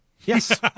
Yes